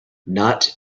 not